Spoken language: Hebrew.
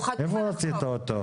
איפה עשית אותו?